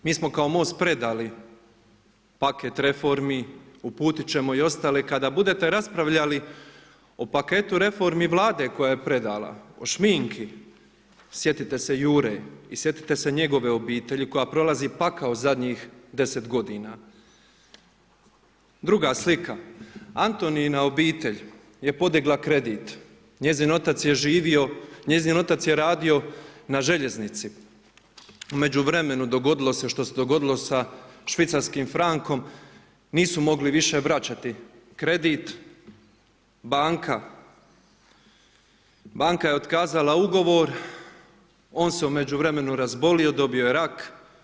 Mi smo kao Most predali paket reformi, uputiti ćemo i ostale, kada budete raspravljali o paketu reformi Vlade koja je predala, o šminki, sjetite se Jure i sjetite se njegove obitelji koja prolazi pakao zadnjih 10 g. Druga slika, Antonija obitelj je podigla kredit, njezin otac je živio, njezin otac je radio na željeznici, u međuvremenu dogodilo se što se dogodilo sa švicarskim frankom, nisu mogli više vraćati kredit, banka je otkazala ugovor, on se u međuvremenu razbolio dobio je rak.